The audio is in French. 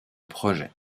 projet